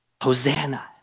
Hosanna